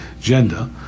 gender